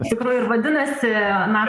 iš tikrųjų ir vadinasi na